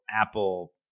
Apple